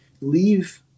leave